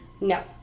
No